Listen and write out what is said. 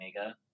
Omega